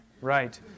Right